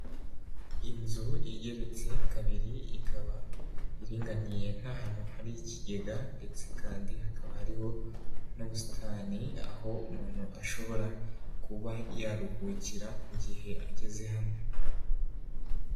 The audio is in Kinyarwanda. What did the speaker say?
Inzu igeretse kabiri ikaba iringaniye n'ahantu hari ikigega ndetse kandi hakaba hariho n'ubusitani, aho umuntu ashobora kuba yaruhukira mu gihe ageze hano.